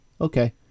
okay